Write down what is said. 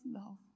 love